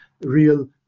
real